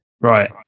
Right